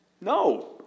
No